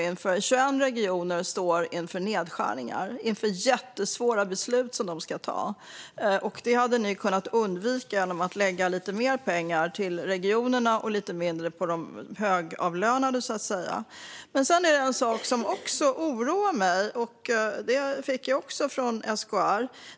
Alla 21 regioner står nu inför nedskärningar och jättesvåra beslut som de måste fatta. Detta hade ni kunnat undvika genom att lägga lite mer pengar till regionerna och lite mindre till de högavlönade. Det finns också en annan uppgift som jag har fått av SKR som oroar mig.